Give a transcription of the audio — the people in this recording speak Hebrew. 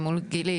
או מול גילי,